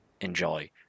enjoy